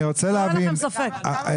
שלא יהיה לכם ספק.